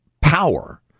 power